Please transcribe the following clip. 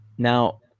Now